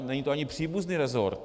Není to ani příbuzný resort.